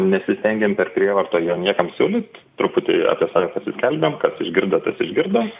nesistengiam per prievartą jo niekam siūlyt truputį apie save pasiskelbėm kas išgirdo tas išgirdo